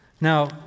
Now